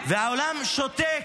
והעולם שותק.